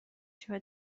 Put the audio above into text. چرا